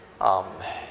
Amen